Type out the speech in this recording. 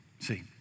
See